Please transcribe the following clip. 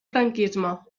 franquisme